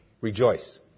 Rejoice